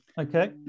Okay